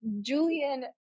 julian